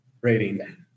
rating